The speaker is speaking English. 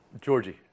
Georgie